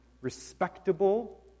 respectable